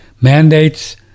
Mandates